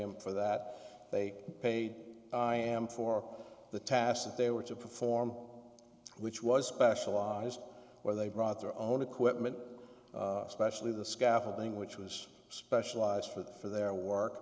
him for that they paid i am for the task that they were to perform which was specialized where they brought their own equipment especially the scaffolding which was specialized for them for their work